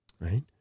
right